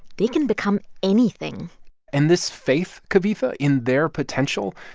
they can become anything and this faith, kavitha, in their potential,